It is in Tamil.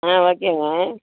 ஆ ஓகேங்க